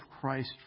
Christ